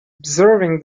observing